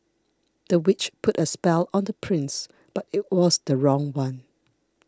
the witch put a spell on the prince but it was the wrong one